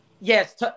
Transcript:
Yes